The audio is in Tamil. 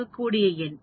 வகுக்க கூடிய எண்